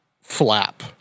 flap